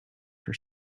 for